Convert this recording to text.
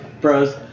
Bros